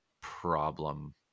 problem